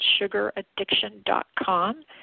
sugaraddiction.com